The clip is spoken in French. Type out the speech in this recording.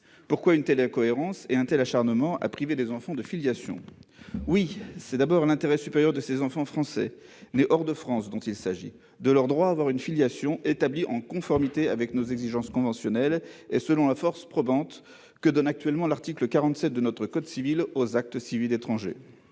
Pourquoi une telle incohérence et un tel acharnement à priver des enfants de filiation ? C'est de l'intérêt supérieur d'enfants français nés hors de France qu'il s'agit, de leur droit à avoir une filiation établie en conformité avec nos exigences conventionnelles et selon la force probante que donne actuellement l'article 47 de notre code civil aux actes de naissance étrangers.